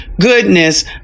Goodness